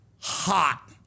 hot